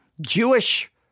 Jewish